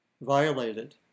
violated